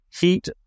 heat